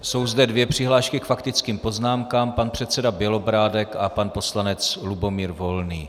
Jsou zde dvě přihlášky k faktickým poznámkám pan předseda Bělobrádek a pan poslanec Lubomír Volný.